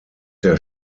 der